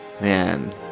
man